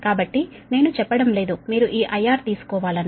కాబట్టి నేను చెప్పడం లేదు మీరు ఈ IR తీసుకోవాలని